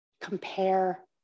compare